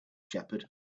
shepherd